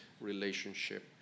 relationship